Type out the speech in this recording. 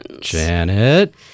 Janet